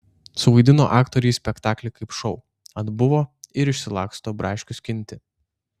suvaidino aktoriai spektaklį kaip šou atbuvo ir išsilaksto braškių skinti